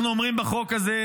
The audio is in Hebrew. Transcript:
אנחנו אומרים בחוק הזה,